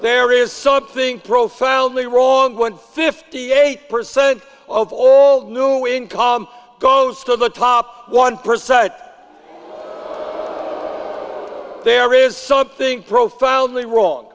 there is something profoundly wrong when fifty eight percent of all new income goes to the top one percent of the loaf there is something profoundly wrong